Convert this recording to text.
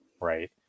right